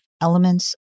elements